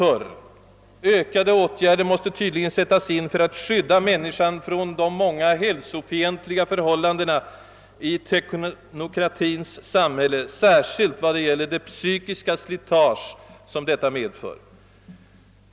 Ökade åtgärder måste tydligen sättas in för att skydda människan från de många hälsofientliga förhållandena i teknokratins samhälle, särskilt i vad gäller det psykiska slitage detta medför.